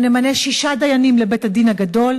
אנחנו נמנה שישה דיינים לבית-הדין הגדול